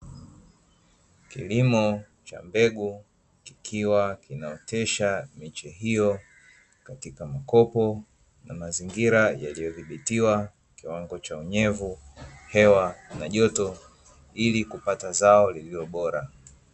Kilimo cha mbegu kikiwa kinaotesha miche hiyo katika makopo na mazingira yaliyodhibitiwa kiwango cha unyevu, hewa na joto ili kupata zao lililo bora.